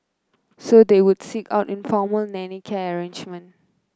so they would seek out informal nanny care arrangement